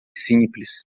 simples